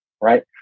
right